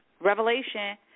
Revelation